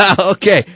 okay